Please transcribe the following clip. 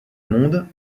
monde